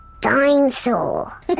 dinosaur